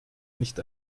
nicht